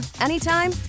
anytime